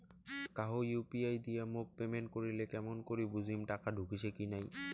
কাহো ইউ.পি.আই দিয়া মোক পেমেন্ট করিলে কেমন করি বুঝিম টাকা ঢুকিসে কি নাই?